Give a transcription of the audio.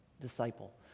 disciple